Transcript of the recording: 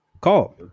call